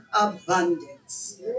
abundance